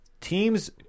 teams